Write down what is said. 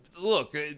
Look